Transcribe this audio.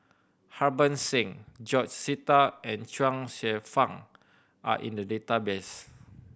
Harbans Singh George Sita and Chuang Hsueh Fang are in the database